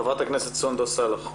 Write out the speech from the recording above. חברת הכנסת סונדוס סאלח.